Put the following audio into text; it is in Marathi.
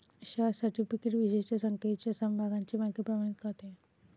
शेअर सर्टिफिकेट विशिष्ट संख्येच्या समभागांची मालकी प्रमाणित करते